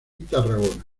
tarragona